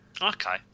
Okay